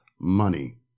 money